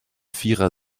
vierer